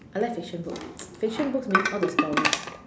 I like fiction books fiction books means all the stories